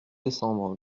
décembre